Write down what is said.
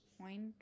point